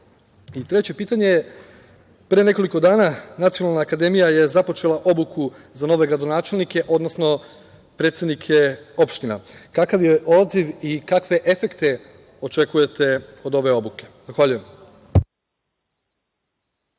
pitanje – pre nekoliko dana Nacionalna akademija je započela obuku za nove gradonačelnike, odnosno predsednike opština. Kakav je odziv i kakve efekte očekujete od ove obuke?